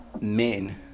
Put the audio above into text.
men